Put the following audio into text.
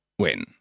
win